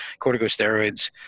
corticosteroids